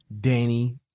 Danny